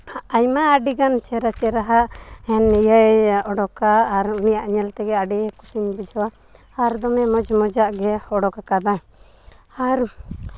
ᱟᱭᱢᱟ ᱟᱹᱰᱤᱜᱟᱱ ᱪᱮᱦᱨᱟ ᱪᱮᱦᱨᱟᱜ ᱥᱤᱱᱮᱢᱟᱭ ᱩᱰᱩᱠᱟ ᱟᱨ ᱩᱱᱤᱭᱟᱜ ᱧᱮᱞ ᱛᱮᱜᱮ ᱟᱹᱰᱤ ᱠᱩᱥᱤᱧ ᱵᱩᱡᱷᱟᱹᱣᱟ ᱟᱨ ᱫᱚᱢᱮ ᱢᱚᱡᱽ ᱢᱚᱡᱽ ᱟᱜ ᱜᱮ ᱚᱰᱳᱠ ᱠᱟᱫᱟᱭ ᱟᱨ